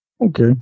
Okay